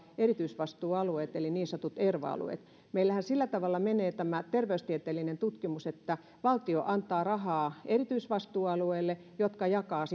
erityisvastuualueet eli niin sanotut erva alueet meillähän sillä tavalla menee tämä terveystieteellinen tutkimus että valtio antaa rahaa erityisvastuualueille jotka jakavat